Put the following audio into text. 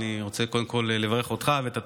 אני רוצה קודם כול לברך אותך ואת התוכנית.